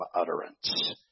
utterance